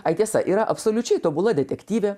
ai tiesa yra absoliučiai tobula detektyvė